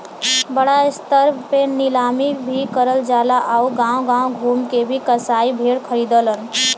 बड़ा स्तर पे नीलामी भी करल जाला आउर गांव गांव घूम के भी कसाई भेड़ खरीदलन